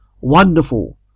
Wonderful